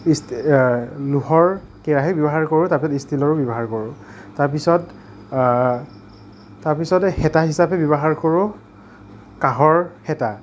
still লোহাৰ কেৰাহী ব্যৱহাৰ কৰোঁ তাৰপিছত ষ্টিলৰো ব্যৱহাৰ কৰোঁ তাৰপিছত তাৰপিছতে হেতা হিচাপে ব্যৱহাৰ কৰোঁ কাঁহৰ হেতা